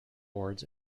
boards